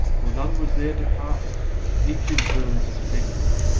for none was there to part us, each in turn suspected,